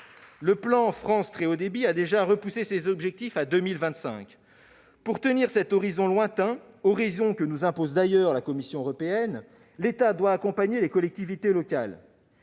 du plan France Très haut débit ont déjà été repoussés à 2025. Pour tenir cet horizon lointain, que nous impose d'ailleurs la Commission européenne, l'État doit accompagner les collectivités locales.